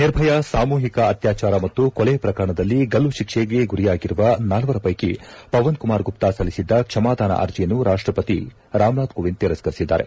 ನಿರ್ಭಯಾ ಸಾಮೂಹಿಕ ಅತ್ಯಾಚಾರ ಮತ್ತು ಕೊಲೆ ಪ್ರಕರಣದಲ್ಲಿ ಗಲ್ಲುತಿಕ್ಷೆಗೆ ಗುರಿಯಾಗಿರುವ ನಾಲ್ವರ ವೈಕಿ ಪವನ್ಕುಮಾರ್ ಗುಪ್ತಿ ಸಲ್ಲಿಸಿದ್ದ ಕ್ಷಮಾದಾನ ಅರ್ಜಿಯನ್ನು ರಾಷ್ಷಪತಿ ರಾಮನಾಥ್ ಕೋವಿಂದ್ ತಿರಸ್ತರಿಸಿದ್ದಾರೆ